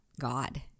God